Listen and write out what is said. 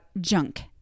junk